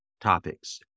topics